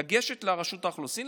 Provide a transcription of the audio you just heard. לגשת לרשות האוכלוסין,